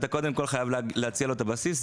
אתה קודם כול חייב להציע לו את הבסיס,